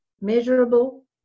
measurable